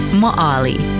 moali